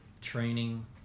training